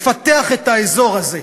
לפתח את האזור הזה,